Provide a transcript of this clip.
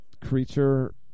creature